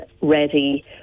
ready